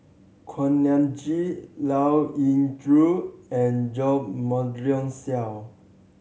Kuak Nam Jin Liao Yingru and Jo Marion Seow